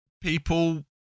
people